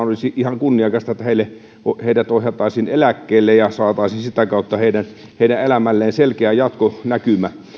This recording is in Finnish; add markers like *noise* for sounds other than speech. *unintelligible* olisi ihan kunniakas tie että heidät ohjattaisiin eläkkeelle ja saataisiin sitä kautta heidän heidän elämälleen selkeä jatkonäkymä